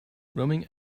roaming